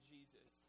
Jesus